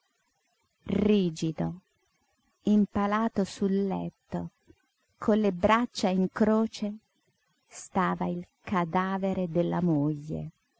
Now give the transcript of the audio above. rigido impalato sul letto con le braccia in croce stava il cadavere della moglie